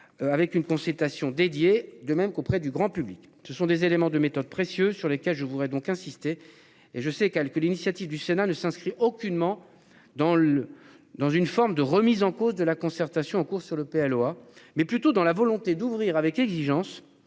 Avec une consultation dédiée, de même qu'auprès du grand public, ce sont des éléments de méthode précieux sur lesquels je voudrais donc insisté et je sais qu'elle que l'initiative du Sénat ne s'inscrit aucunement dans le dans une forme de remise en cause de la concertation en cours sur le P. ah mais plutôt dans la volonté d'ouvrir avec exigence,